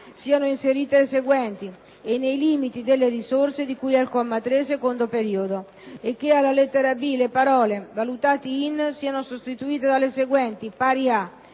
siano inserite le seguenti: "e nei limiti delle risorse di cui al comma 3, secondo periodo,"; - che alla lettera b) le parole "valutati in " siano sostituite dalle seguenti: "pari